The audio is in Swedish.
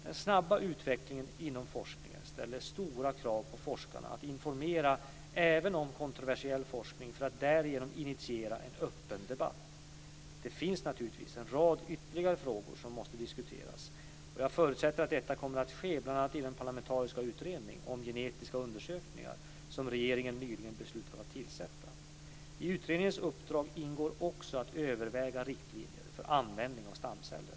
Den snabba utvecklingen inom forskningen ställer stora krav på forskarna att informera även om kontroversiell forskning för att därigenom initiera en öppen debatt. Det finns naturligtvis en rad ytterligare frågor som måste diskuteras och jag förutsätter att detta kommer att ske bl.a. i den parlamentariska utredning om genetiska undersökningar som regeringen nyligen beslutat att tillsätta. I utredningens uppdrag ingår också att överväga riktlinjer för användning av stamceller.